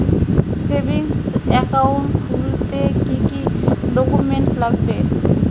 Savings account খুলতে কি কি ডকুমেন্টস লাগবে?